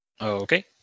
Okay